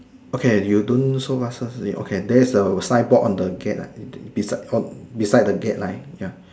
okay you don't so much first leh okay there is a signboard on the gate ah beside the gate line ya